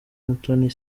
umutoni